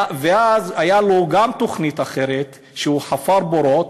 ואז הייתה לו גם תוכנית אחרת, הוא חפר בורות,